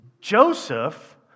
Joseph